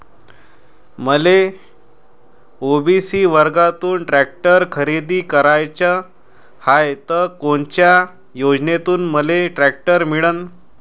मले ओ.बी.सी वर्गातून टॅक्टर खरेदी कराचा हाये त कोनच्या योजनेतून मले टॅक्टर मिळन?